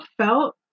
felt